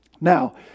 Now